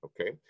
okay